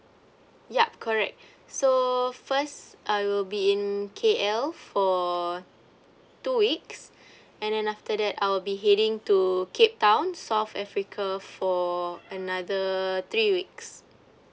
yup correct so first I will be in K_L for two weeks and then after that I will be heading to cape town south africa for another three weeks